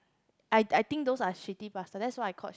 I I think those are shitty pasta that's why I called